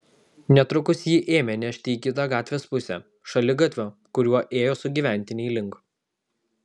netrukus jį ėmė nešti į kitą gatvės pusę šaligatvio kuriuo ėjo sugyventiniai link